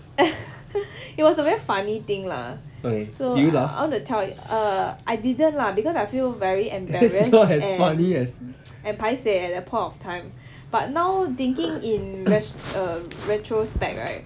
it was a very funny thing lah so I want to tell err I didn't lah because I feel very embarrassed and paiseh at that point of time but now thinking in ret~ err retrospect right